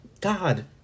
God